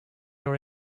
your